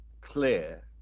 clear